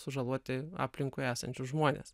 sužaloti aplinkui esančius žmones